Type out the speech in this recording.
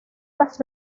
las